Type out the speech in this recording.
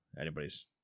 Anybody's